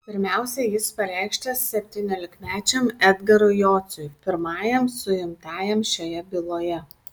pirmiausiai jis pareikštas septyniolikmečiam edgarui jociui pirmajam suimtajam šioje byloje